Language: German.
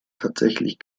tatsächlich